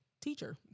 teacher